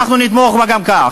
אנחנו נתמוך בה גם כך.